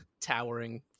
towering